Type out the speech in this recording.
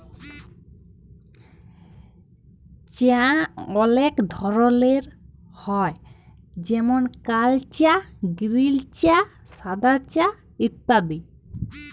চাঁ অলেক ধরলের হ্যয় যেমল কাল চাঁ গিরিল চাঁ সাদা চাঁ ইত্যাদি